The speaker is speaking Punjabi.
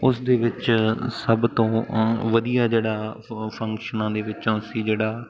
ਉਸ ਦੇ ਵਿੱਚ ਸਭ ਤੋਂ ਵਧੀਆ ਜਿਹੜਾ ਉਹ ਫੰਕਸ਼ਨਾਂ ਦੇ ਵਿੱਚੋਂ ਸੀ ਜਿਹੜਾ